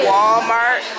Walmart